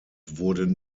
wurden